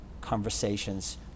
conversations